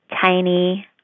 tiny